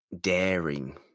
daring